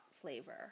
flavor